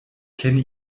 kenne